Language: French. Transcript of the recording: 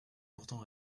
pourtant